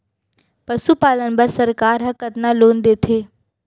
पशुपालन बर सरकार ह कतना लोन देथे?